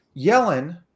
Yellen